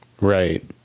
Right